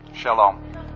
Shalom